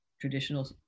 traditional